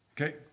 Okay